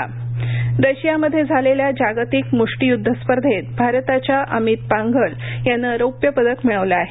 म्ष्टिय्दध रशियामध्ये झालेल्या जागतिक मुष्टियुद्ध स्पर्धेत भारताच्या अमित पांघल यानं रौप्य पदक मिळवलं आहे